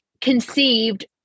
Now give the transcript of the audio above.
conceived